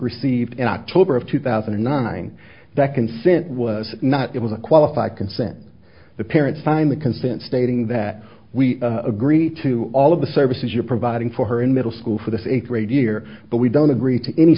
received in october of two thousand and nine that consent was not able to qualify consent the parents signed the consent stating that we agree to all of the services you're providing for her in middle school for the fifth grade year but we don't agree to any